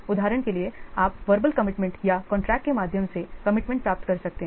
उदाहरण के लिए आप वर्बल कमिटमेंट या कॉन्ट्रैक्ट के माध्यम से कमिटमेंट प्राप्त कर सकते हैं